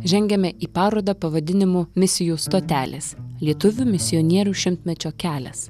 žengiame į parodą pavadinimu misijų stotelės lietuvių misionierių šimtmečio kelias